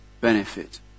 benefit